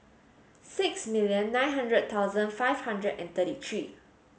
six million nine hundred thousand five hundred and thirty three